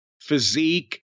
physique